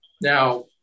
Now